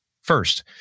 First